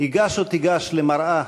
ייגש או תיגש למראה,